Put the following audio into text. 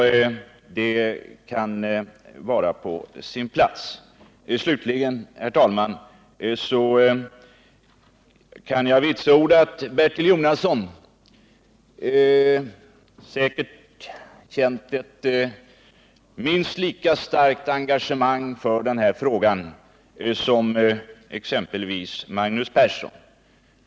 Det kan vara på sin plats. Slutligen, herr talman, kan jag vitsorda att Bertil Jonasson säkert känt ett lika starkt engagemang i denna fråga som exempelvis Magnus Persson.